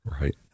Right